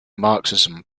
marxism